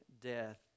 death